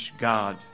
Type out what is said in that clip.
God